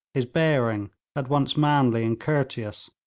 his bearing at once manly and courteous,